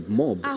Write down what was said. mob